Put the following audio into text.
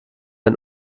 ein